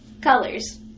Colors